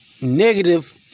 negative